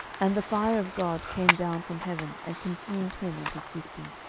and the fire of god came down from heaven, and consumed him and his fifty.